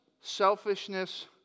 selfishness